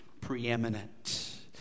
preeminent